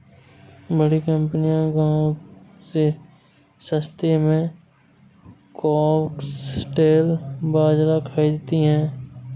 बड़ी कंपनियां गांव से सस्ते में फॉक्सटेल बाजरा खरीदती हैं